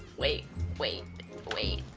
wait wait wait